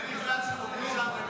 ----- תחושה פנימית.